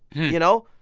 you know?